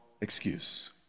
excuse